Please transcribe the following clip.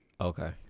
Okay